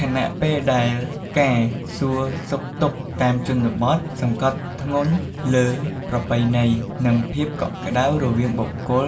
ខណៈពេលដែលការសួរសុខទុក្ខតាមជនបទសង្កត់ធ្ងន់លើប្រពៃណី និងភាពកក់ក្តៅរវាងបុគ្គល